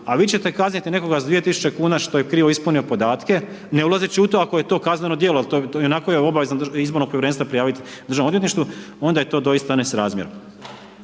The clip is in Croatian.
a vi ćete kazniti nekoga s 2.000 kuna što je krivo ispunio podatke, ne ulazeći u to ako je to kazneno djelo, jel i onako je obavezan izborno povjerenstvo prijaviti Državnom odvjetništvu, onda je to doista ne srazmjerno.